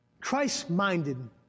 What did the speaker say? Christ-minded